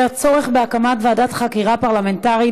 בנושא: הצורך בהקמת ועדת חקירה פרלמנטרית